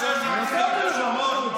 אבל נתתי לך.